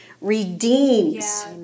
redeems